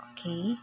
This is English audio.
Okay